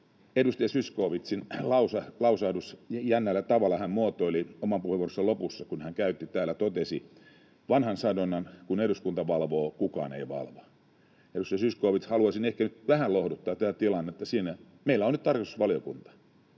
edustaja Zyskowiczin lausahduksesta. Jännällä tavalla hän muotoili oman puheenvuoronsa lopussa, kun hän käytti täällä vanhaa sanontaa ”kun eduskunta valvoo, kukaan ei valvo”. Edustaja Zyskowicz, haluaisin ehkä nyt vähän lohduttaa tätä tilannetta: meillä on nyt tarkastusvaliokunta,